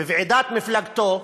בוועידת מפלגתו,